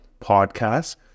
Podcasts